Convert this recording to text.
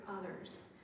others